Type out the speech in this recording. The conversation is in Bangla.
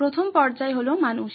প্রথম পর্যায় হল মানুষ